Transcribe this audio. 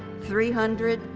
three hundred,